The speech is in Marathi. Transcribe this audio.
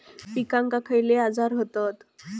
पिकांक खयले आजार व्हतत?